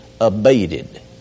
abated